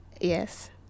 Yes